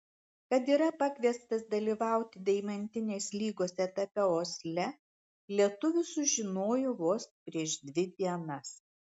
kad yra pakviestas dalyvauti deimantinės lygos etape osle lietuvis sužinojo vos prieš dvi dienas